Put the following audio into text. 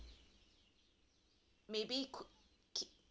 maybe cou~ keep